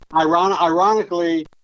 Ironically